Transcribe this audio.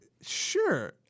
sure